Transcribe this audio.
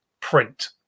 print